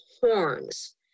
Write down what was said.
horns